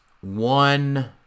one